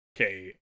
okay